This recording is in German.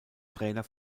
trainer